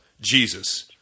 Jesus